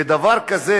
ודבר כזה,